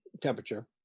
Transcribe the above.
temperature